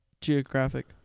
Geographic